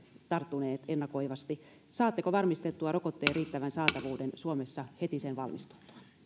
tarttuneet ennakoivasti saatteko varmistettua rokotteen riittävän saatavuuden suomessa heti sen valmistuttua